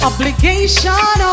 obligation